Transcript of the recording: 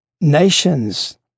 nations